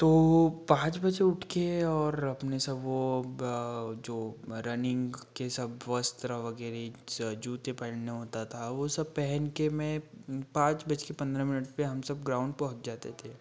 तो पाँच बजे उठके और अपने सब वो ब जो रनिंग के सब वस्र वगैरह स जूते पहनने होता था वो सब पहनके मैं पाँच बजके पंद्रह मिनट पे हम सब ग्राउंड पहुँच जाते थे